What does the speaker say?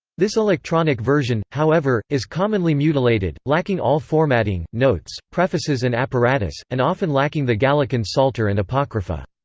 this electronic version, however, is commonly mutilated, lacking all formatting, notes, prefaces and apparatus, and often lacking the gallican psalter and apocrypha.